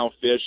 fish